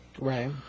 Right